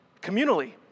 communally